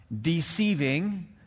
deceiving